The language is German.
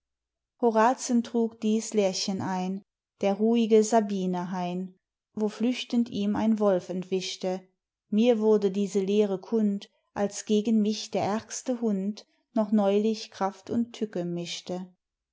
horazen trug dies lehrchen ein der ruhige sabinerhain wo flüchtend ihm ein wolf entwischte mir wurde diese lehre kund als gegen mich der ärgste hund noch neulich kraft und tücke mischte